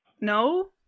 No